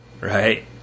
right